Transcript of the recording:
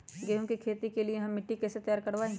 गेंहू की खेती के लिए हम मिट्टी के कैसे तैयार करवाई?